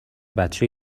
بچه